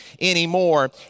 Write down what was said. anymore